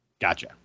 gotcha